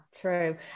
true